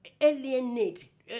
alienate